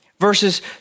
Verses